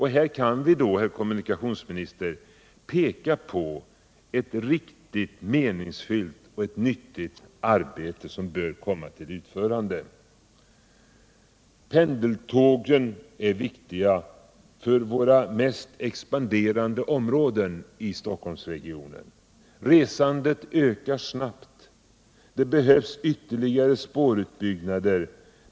Här kan vi då, herr kommunikationsminister, peka på ett riktigt meningsfyllt och nyttigt arbete som bör komma till utförande. Pendeltågen är viktiga för våra mest expanderande områden i Stockholmsregionen. Resandet ökar snabbt. Det behövs ytterligare spårutbyggnader.